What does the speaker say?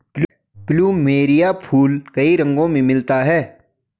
plumeria फूल कई रंगो में मिलता है